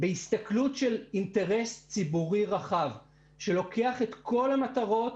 בהסתכלות של אינטרס ציבורי רחב שלוקח את כל המטרות